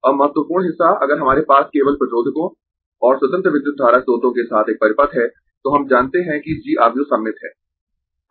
अब महत्वपूर्ण हिस्सा अगर हमारे पास केवल प्रतिरोधकों और स्वतंत्र विद्युत धारा स्रोतों के साथ एक परिपथ है तो हम जानते है कि G आव्यूह सममित है